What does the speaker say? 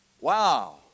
Wow